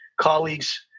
colleagues